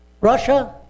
Russia